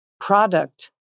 product